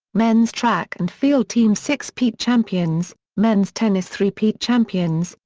men's track and field team six peat champions, men's tennis three peat champions,